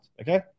Okay